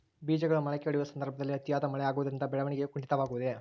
ಬೇಜಗಳು ಮೊಳಕೆಯೊಡೆಯುವ ಸಂದರ್ಭದಲ್ಲಿ ಅತಿಯಾದ ಮಳೆ ಆಗುವುದರಿಂದ ಬೆಳವಣಿಗೆಯು ಕುಂಠಿತವಾಗುವುದೆ?